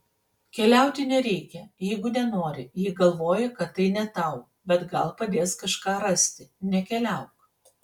keliauti nereikia jeigu nenori jei galvoji kad tai ne tau bet gal padės kažką rasti nekeliauk